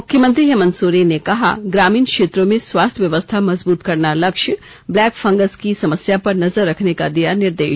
मुख्यमंत्री हेमंत सोरेन ने कहा ग्रामीण क्षेत्रों में स्वास्थ्य व्यवस्था मजबूत करना लक्ष्य ब्लैक फंगस की समस्या पर नजर रखने का दिया निर्देश